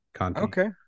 Okay